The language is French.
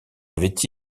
avait